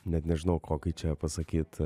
net nežinau kokį čia pasakyt